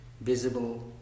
visible